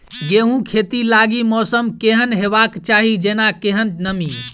गेंहूँ खेती लागि मौसम केहन हेबाक चाहि जेना केहन नमी?